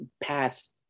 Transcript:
past